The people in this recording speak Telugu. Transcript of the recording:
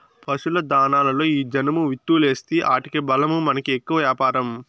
పశుల దాణాలలో ఈ జనుము విత్తూలేస్తీ ఆటికి బలమూ మనకి ఎక్కువ వ్యాపారం